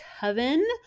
Coven